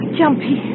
jumpy